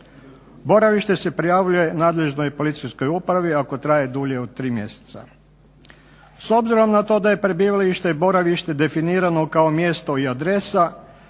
Boravište se prijavljuje nadležnoj Policijskoj upravi ako traje dulje od tri mjeseca. S obzirom na to da je prebivalište i boravište definirano kao mjesto i adresa